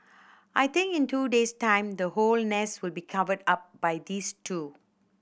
I think in two days time the whole nest will be covered up by these two